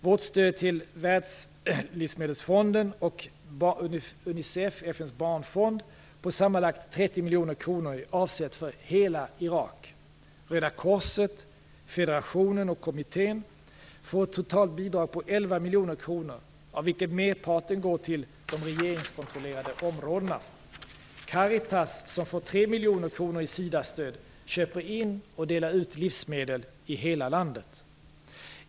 Vårt stöd till Världslivsmedelsfonden och Unicef, FN:s barnfond, på sammanlagt 30 miljoner kronor är avsett för hela Irak. Röda korset, 11 miljoner kronor av vilket merparten går till de regeringskontrollerade områdena. Caritas, som får 3 miljoner kronor i SIDA-stöd, köper in och delar ut livsmedel i hela landet.